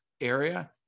area